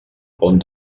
pont